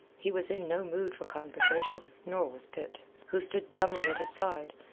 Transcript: he was in no mood for conversation, nor was pitt, who stood dumbly at his side,